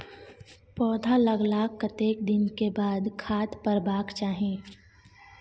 पौधा लागलाक कतेक दिन के बाद खाद परबाक चाही?